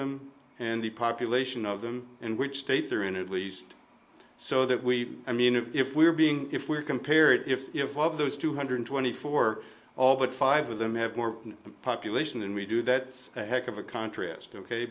them and the population of them and which state they're in it least so that we i mean if we're being if we're compared if you know one of those two hundred twenty four all but five of them have more population and we do that's a heck of a contrast ok